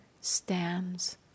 stands